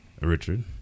richard